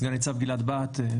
סגן ניצב גלעד בהט,